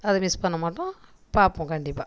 அதை மிஸ் பண்ணமாட்டோம் பார்ப்போம் கண்டிப்பாக